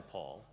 Paul